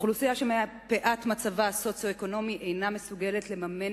אוכלוסייה שמפאת מצבה הסוציו-אקונומי אינה מסוגלת לממן